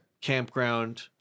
Campground